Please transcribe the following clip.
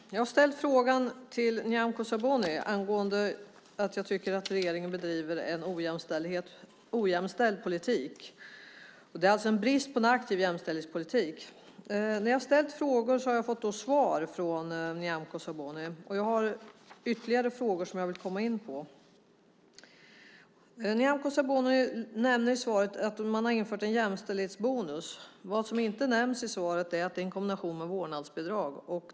Fru talman! Jag har ställt frågan till Nyamko Sabuni därför att jag tycker att regeringen bedriver en ojämställd politik. Det finns en brist på en aktiv jämställdhetspolitik. När jag har ställt frågor har jag fått svar från Nyamko Sabuni. Jag har ytterligare frågor som jag vill komma in på. Nyamko Sabuni nämner i svaret att man har infört en jämställdhetsbonus. Vad som inte nämns i svaret är att det är en kombination med vårdnadsbidraget.